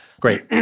great